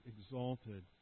exalted